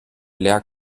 blair